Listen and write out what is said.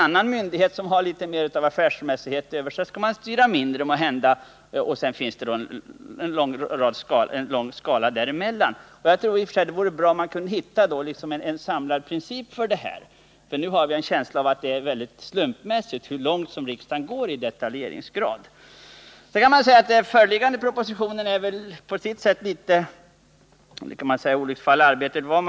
En myndighet som har litet mer av affärsmässighet över sig skall man måhända styra mindre, och sedan finns det hela skaran av myndigheter däremeltan. Jag tror att det i och för sig vore bra om man kunde hitta en princip för det här. Nu har vi en känsla av att det är väldigt slumpartat hur långt riksdagen går i detaljeringsgrad. Föreliggande proposition är väl på sitt sätt ett olycksfall i arbetet.